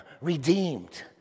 redeemed